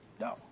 No